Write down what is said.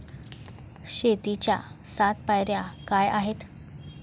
शेतीच्या सात पायऱ्या काय आहेत?